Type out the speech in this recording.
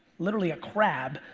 literally a crab.